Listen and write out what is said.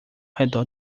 redor